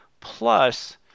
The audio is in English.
plus